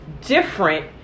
different